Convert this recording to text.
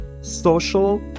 social